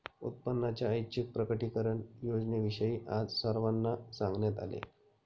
उत्पन्नाच्या ऐच्छिक प्रकटीकरण योजनेविषयी आज सर्वांना सांगण्यात आले